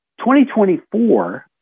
2024